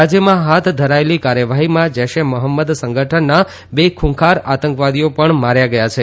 રાજ્યમાં હાથ ધરાયેલી કાર્યવાહીમાં જૈશ એ મહંમદ સંગઠનના બે ખુંખાર આતંકવાદીઓ પણ માર્યા ગયા છે